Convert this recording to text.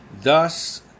Thus